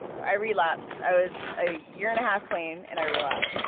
i relapsed. i was a year and a half clean and i relapsed,